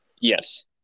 Yes